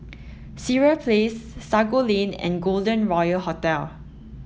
Sireh Place Sago Lane and Golden Royal Hotel